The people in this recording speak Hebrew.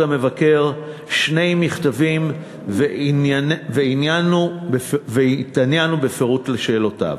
המבקר שני מכתבים וענינו בפירוט על שאלותיו.